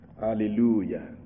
Hallelujah